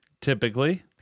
Typically